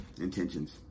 intentions